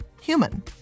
human